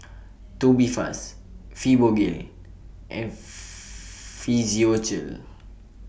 Tubifast Fibogel and Physiogel